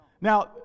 Now